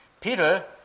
Peter